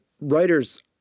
writers